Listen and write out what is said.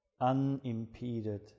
unimpeded